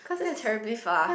that's terribly far